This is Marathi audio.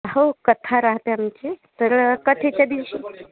हो कथा राहते आमची तर कथेच्या दिवशी